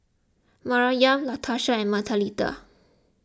Maryam Latasha and Mathilde